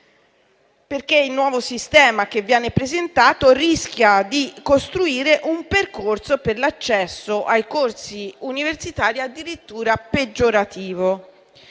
Il nuovo sistema che viene presentato rischia infatti di costruire un percorso per l'accesso ai corsi universitari addirittura peggiorativo.